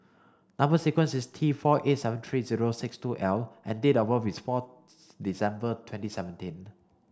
number sequence is T four eight seven three zero six two L and date of birth is four December twenty seventenn